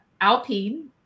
Alpine